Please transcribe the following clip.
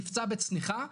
נפצע בצניחה,